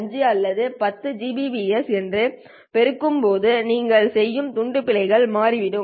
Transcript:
5 அல்லது 10 Gbps என்று பெருக்கும்போது நீங்கள் செய்யும் துண்டு பிழைகள் மாறிவிடும்